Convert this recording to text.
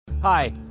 Hi